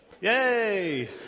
Yay